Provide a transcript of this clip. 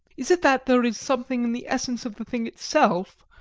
is it that there is something in the essence of the thing itself,